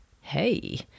Hey